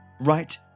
right